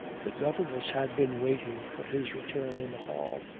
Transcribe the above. the governess had been waiting for his return in the hall,